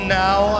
now